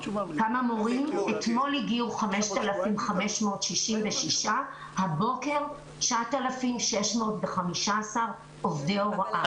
אתמול הגיעו 5,566 הבוקר הגיעו 9,615 עובדי הוראה.